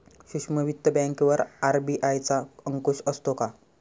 सूक्ष्म वित्त बँकेवर आर.बी.आय चा अंकुश असतो का?